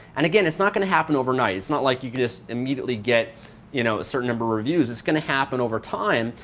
and again, it's not going to happen overnight. it's not like you could just immediately get you know certain number of reviews. it's going to happen over time,